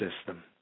system